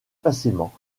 facilement